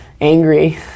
Angry